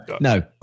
no